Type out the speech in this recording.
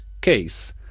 case